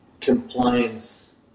compliance